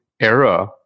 era